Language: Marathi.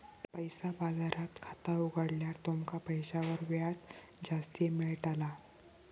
पैसा बाजारात खाता उघडल्यार तुमका पैशांवर व्याज जास्ती मेळताला